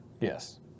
Yes